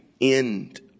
end